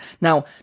Now